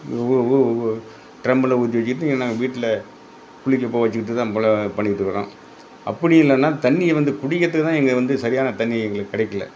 ஊ ஊ ஊ ட்ரம்மில் ஊற்றி வச்சிக்கிட்டு நாங்கள் வீட்டில் குளிக்க போக வச்சிக்கிட்டு தான் இவ்வளோ பண்ணிக்கிட்டு இருக்கிறோம் அப்படியும் இல்லைன்னா தண்ணியை வந்து குடிக்கிறத்துக்கு தான் இங்கே வந்து சரியான தண்ணி எங்களுக்கு கிடைக்கல